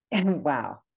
Wow